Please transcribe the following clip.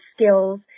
skills